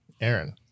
Aaron